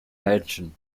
mansion